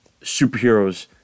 superheroes